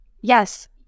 Yes